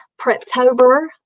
Preptober